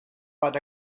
but